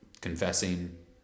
confessing